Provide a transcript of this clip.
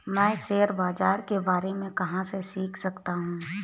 मैं शेयर बाज़ार के बारे में कहाँ से सीख सकता हूँ?